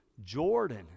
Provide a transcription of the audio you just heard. Jordan